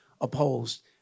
opposed